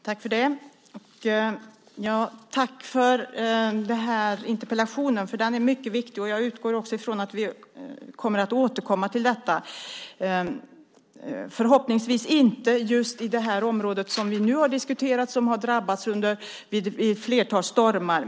Herr talman! Jag tackar för den här interpellationen, för den är mycket viktig. Jag utgår från att vi kommer att återkomma till detta, förhoppningsvis inte just i det område som vi nu har diskuterat och som har drabbats vid ett flertal stormar.